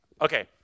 Okay